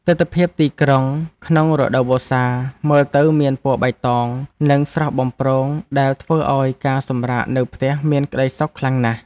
ទិដ្ឋភាពទីក្រុងក្នុងរដូវវស្សាមើលទៅមានពណ៌បៃតង និងស្រស់បំព្រងដែលធ្វើឱ្យការសម្រាកនៅផ្ទះមានក្តីសុខខ្លាំងណាស់។